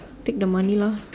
take the money lah